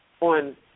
on